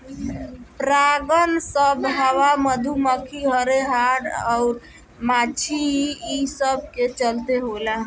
परागन सभ हवा, मधुमखी, हर्रे, हाड़ अउर माछी ई सब के चलते होला